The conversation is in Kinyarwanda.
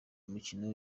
mikino